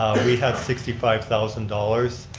we had sixty five thousand dollars,